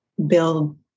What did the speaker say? build